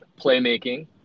playmaking